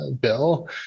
bill